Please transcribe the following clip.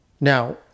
Now